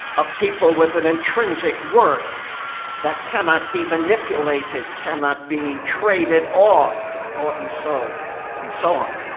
of people with an intrinsic worth that cannot be manipulated, cannot be traded off or bought and sold and so on.